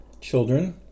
children